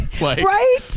right